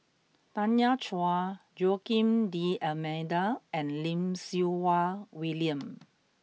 Tanya Chua Joaquim D'almeida and Lim Siew Wai William